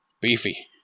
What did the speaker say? Beefy